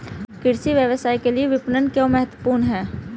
कृषि व्यवसाय के लिए विपणन क्यों महत्वपूर्ण है?